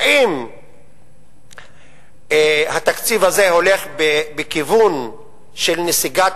האם התקציב הזה הולך בכיוון של נסיגת